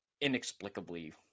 inexplicably